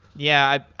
yeah,